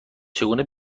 چگونه